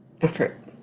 effort